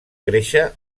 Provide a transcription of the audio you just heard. créixer